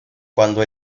cuando